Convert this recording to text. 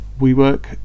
WeWork